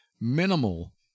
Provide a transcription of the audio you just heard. minimal